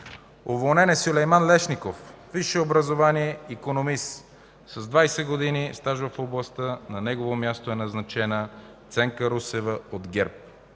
Уволнен е Сюлейман Лешков. Висше образование, икономист, с 20 години стаж в областта. На негово място е назначена Ценка Русева от ГЕРБ.